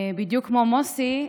בדיוק כמו אל מוסי,